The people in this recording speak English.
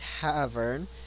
tavern